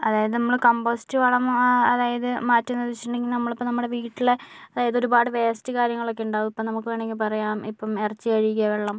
അതായത് നമ്മള് കമ്പോസ്റ്റ് വളം അതായത് മാറ്റുന്നതെന്ന് വെച്ചിട്ടുണ്ടെങ്കിൽ നമ്മള് ഇപ്പോൾ നമ്മുടെ വീട്ടിലെ ഒരുപാട് വേസ്റ്റ് കാര്യങ്ങളൊക്കെ ഉണ്ടാവും ഇപ്പോൾ നമുക്ക് വേണമെങ്കിൽ പറയാം ഇപ്പം ഇറച്ചി കഴുകിയ വെള്ളം